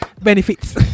benefits